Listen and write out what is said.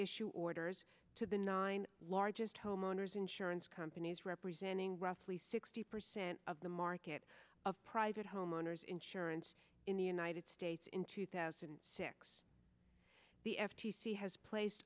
issue orders to the nine largest homeowners insurance companies representing roughly sixty percent of the market of private homeowners insurance in the united states in two thousand and six the f t c has placed